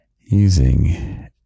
using